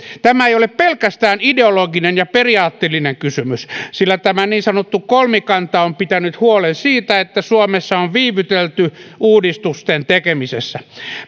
tämä ei ole pelkästään ideologinen ja periaatteellinen kysymys sillä tämä niin sanottu kolmikanta on pitänyt huolen siitä että suomessa on viivytelty uudistusten tekemisessä